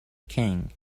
king